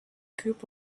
group